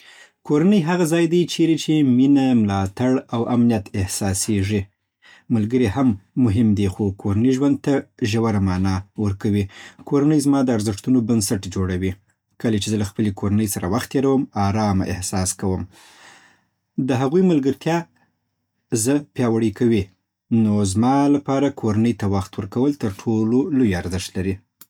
کورنۍ هغه ځای دی چیرې چې مینه، ملاتړ او امنیت احساسېږي. ملګري هم مهم دي، خو کورنۍ ژوند ته ژوره مانا ورکوي. کورنۍ زما د ارزښتونو بنسټ جوړوي. کله چې زه له خپلې کورنۍ سره وخت تېرووم، آرامه احساس کوم. د هغوی ملګرتیا زه پیاوړی کوي. نو زما لپاره کورنۍ ته وخت ورکول تر ټولو لوی ارزښت لري.